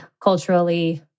culturally